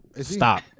Stop